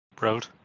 road